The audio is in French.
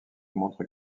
montre